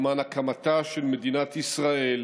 למען הקמתה של מדינת ישראל